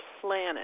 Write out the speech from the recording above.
planet